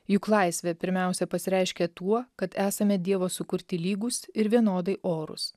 juk laisvė pirmiausia pasireiškia tuo kad esame dievo sukurti lygūs ir vienodai orūs